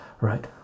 right